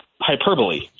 hyperbole